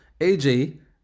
AJ